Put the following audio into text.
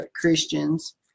Christians